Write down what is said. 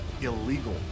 illegal